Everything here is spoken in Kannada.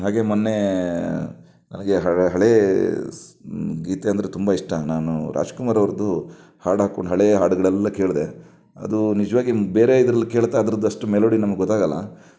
ಹಾಗೆ ಮೊನ್ನೆ ನನಗೆ ಹಳೆಯ ಸ್ ಗೀತೆ ಅಂದರೆ ತುಂಬ ಇಷ್ಟ ನಾನು ರಾಜ್ಕುಮಾರ್ ಅವರದ್ದು ಹಾಡು ಹಾಕ್ಕೊಂಡು ಹಳೆಯ ಹಾಡುಗಳೆಲ್ಲ ಕೇಳಿದೆ ಅದು ನಿಜವಾಗಿ ಬೇರೆ ಇದರಲ್ಲಿ ಕೇಳ್ತಾ ಅದರದ್ದು ಅಷ್ಟು ಮೆಲೋಡಿ ನಮಗೆ ಗೊತ್ತಾಗಲ್ಲ